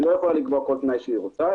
היא לא יכולה לקבוע כל תנאי שהיא רוצה.